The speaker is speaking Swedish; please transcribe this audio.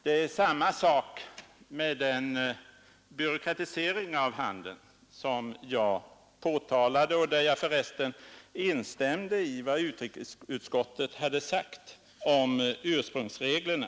Det är samma sak med den byråkratisering av handeln som jag påtalade, och där jag instämde i vad utrikesutskottet hade sagt om ursprungsreglerna.